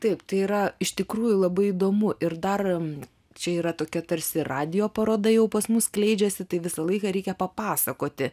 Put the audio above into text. taip tai yra iš tikrųjų labai įdomu ir dar čia yra tokia tarsi radijo paroda jau pas mus skleidžiasi tai visą laiką reikia papasakoti